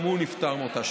גם הוא נפטר מאותה שפעת.